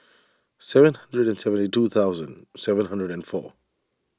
seven hundred and seventy two thousand seven hundred and four